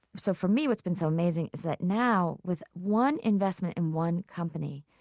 so for me, what's been so amazing is that now, with one investment in one company,